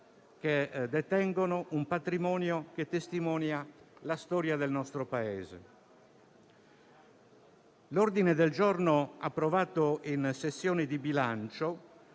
che detengono un patrimonio che testimonia la storia del nostro Paese. L'ordine del giorno approvato in sessione di bilancio,